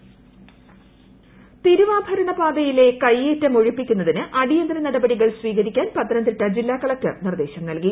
Pathanamthitta intro തിരുവാഭരണ പാതയിലെ കൈയേറ്റം ഒഴിപ്പിക്കുന്നതിന് അടിയന്തിര നടപടികൾ സ്വീകരിക്കാൻ പത്തനംതിട്ട ജില്ലാ കളക്ടർ നിർദ്ദേശം നൽകി